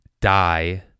Die